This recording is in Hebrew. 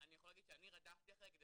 אני יכול להגיד שאני רדפתי אחריה כדי